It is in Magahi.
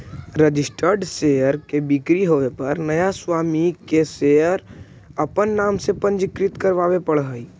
रजिस्टर्ड शेयर के बिक्री होवे पर नया स्वामी के उ शेयर के अपन नाम से पंजीकृत करवावे पड़ऽ हइ